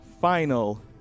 final